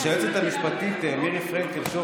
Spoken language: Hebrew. וכשהיועצת המשפטית מירי פרנקל שור,